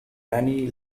many